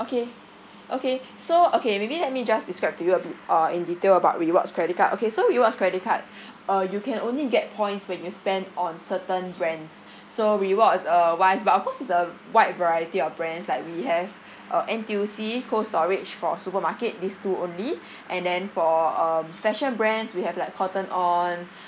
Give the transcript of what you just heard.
okay okay so okay maybe let me just describe to you uh in detail about rewards credit card okay so rewards credit card uh you can only get points when you spend on certain brands so rewards uh wise but of course it's a wide variety of brands like we have uh N_T_U_C cold storage for supermarket these two only and then for um fashion brands we have like cotton on